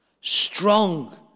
Strong